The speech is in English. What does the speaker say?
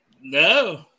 No